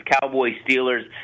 Cowboys-Steelers